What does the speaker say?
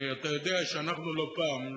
הרי אתה יודע שאנחנו לא פעם,